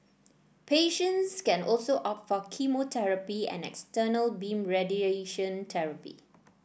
patients can also opt for chemotherapy and external beam radiation therapy